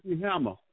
Hammer